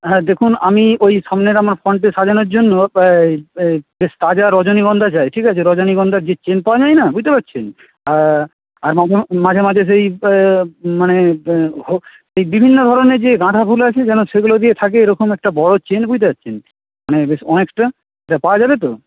হ্যাঁ দেখুন আমি ওই সামনের আপনার ফ্রন্টে সাজানোর জন্য তাজা রজনীগন্ধা চাই ঠিক আছে রজনীগন্ধার যে চেন পাওয়া যায় না বুঝতে পারছেন মাঝে মাঝে যেই মানে যে বিভিন্ন ধরনের যে গাঁদাফুল আছে যেন সেগুলো দিয়ে থাকে এরকম একটা বড়ো চেন বুঝতে পারছেন মানে বেশ অনেকটা পাওয়া যাবে তো